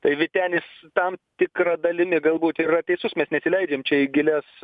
tai vytenis tam tikra dalimi galbūt yra teisus mes nesileidžiam čia į gilias